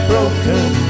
Broken